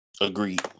Agreed